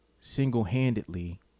single-handedly